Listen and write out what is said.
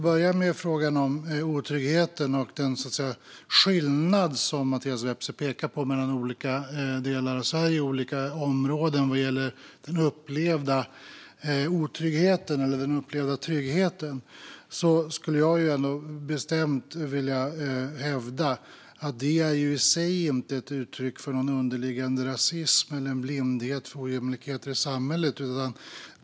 När det gäller den skillnad som Mattias Vepsä pekar på mellan olika områden vad gäller den upplevda otryggheten och den upplevda tryggheten skulle jag bestämt vilja hävda att detta i sig inte är ett uttryck för någon underliggande rasism eller en blindhet för ojämlikheter i samhället.